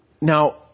Now